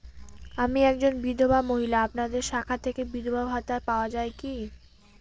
আমি একজন বিধবা মহিলা আপনাদের শাখা থেকে বিধবা ভাতা পাওয়া যায় কি?